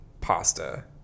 pasta